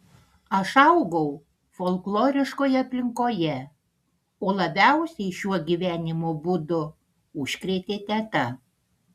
aš augau folkloriškoje aplinkoje o labiausiai šiuo gyvenimo būdu užkrėtė teta